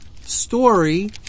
story